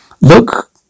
Look